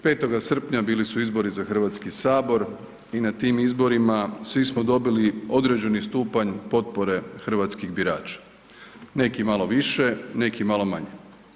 5. srpnja bili su izbori za Hrvatski sabor i na tim izborima svi smo dobili određeni stupanj potpore hrvatskih birača, neki malo više, neki malo manje.